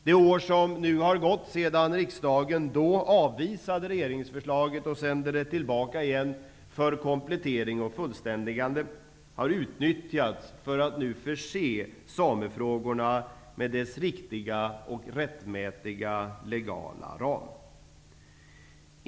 Det år som nu har gått sedan riksdagen då avvisade regeringsförslaget och sände det tillbaka för komplettering och fullständigande har utnyttjats för att nu förse samefrågorna med deras riktiga och rättmätiga legala ram.